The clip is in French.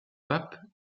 pape